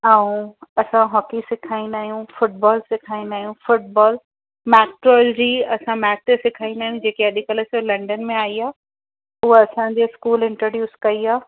ऐं असां हॉकी सिखाईंदा आहियूं फूटबॉल सिखाईंदा आहियूं फूटबॉल मैस्ट्रोल जी असां मैट सिखाईंदा आहियूं जेके अॼुकल्ह सिर्फ़ लंडन में आई आ्हे उहा असांजी स्कूल इंट्रोडयूस कई आहे